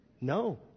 No